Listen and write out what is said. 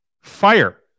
fire